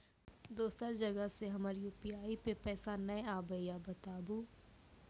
दोसर जगह से हमर यु.पी.आई पे पैसा नैय आबे या बताबू?